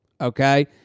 Okay